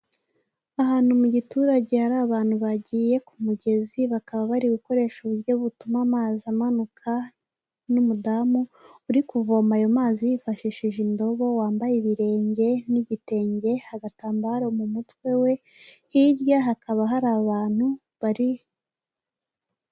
Ahantu mu giturage hari abantu bagiye ku mugezi bakaba bari gukoresha uburyo butuma amazi amanuka n'umudamu uri kuvoma ayo mazi yifashishije indobo wambaye ibirenge n'igitenge agatambaro mu mutwe we hirya hakaba hari abantu bari.